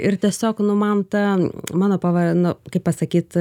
ir tiesiog nu man ta mano pava nu kaip pasakyt